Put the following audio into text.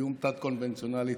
איום תת-קונבנציונלי,